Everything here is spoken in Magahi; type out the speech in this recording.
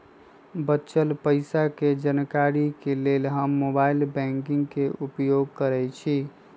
बच्चल पइसा के जानकारी के लेल हम मोबाइल बैंकिंग के उपयोग करइछि